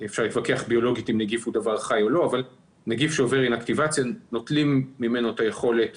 אפשר להתווכח ביולוגית אם נגיף הוא דבר חי או לא נוטלים את היכולת